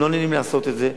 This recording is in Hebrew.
הם לא נהנים לעשות את זה,